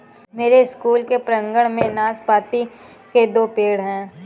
मेरे स्कूल के प्रांगण में नाशपाती के दो पेड़ हैं